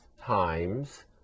times